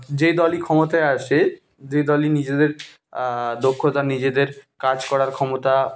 যে দলই ক্ষমতায় আসে যে দলই নিজেদের দক্ষতা নিজেদের কাজ করার ক্ষমতা